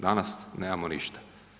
Danas nemamo ništa.